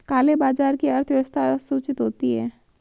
काले बाजार की अर्थव्यवस्था असूचित होती है